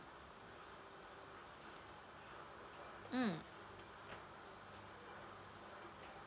mm